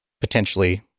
potentially